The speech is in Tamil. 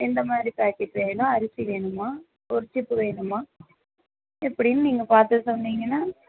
எந்தமாதிரி பேக்கெட் வேணும் அரிசி வேணுமா ஒரு சிப்பு வேணுமா எப்படின்னு நீங்கள் பார்த்து சொன்னீங்கனால்